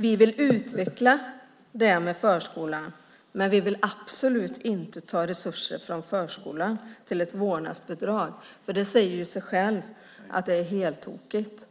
Vi vill utveckla förskolan, men vi vill absolut inte ta resurser från förskolan till ett vårdnadsbidrag. Det säger sig självt att det är heltokigt.